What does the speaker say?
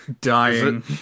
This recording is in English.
Dying